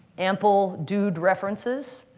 ample dude references,